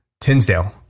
Tinsdale